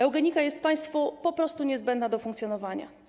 Eugenika jest państwu po prostu niezbędna do funkcjonowania.